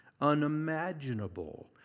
unimaginable